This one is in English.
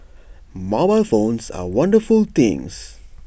mobile phones are wonderful things